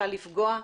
קל לפגוע,